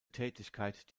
tätigkeit